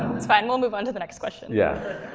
fine, we'll move on to the next question. yeah.